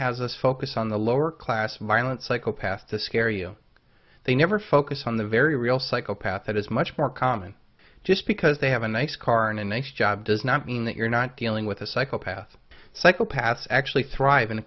has a focus on the lower class violent psychopath to scare you they never focus on the very real psychopaths it is much more common just because they have a nice car and an ace job does not mean that you're not dealing with a psychopath psychopaths actually thrive in a